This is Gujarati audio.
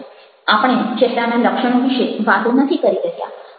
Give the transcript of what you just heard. આપણે ચહેરાના લક્ષણો વિશે વાતો નથી કરી રહ્યા